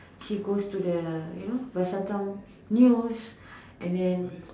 he goes to the you know Vasantham news and then